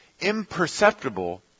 imperceptible